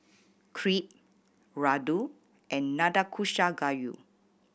Crepe Ladoo and Nanakusa Gayu